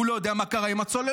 הוא לא יודע מה קרה עם הצוללות,